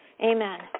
Amen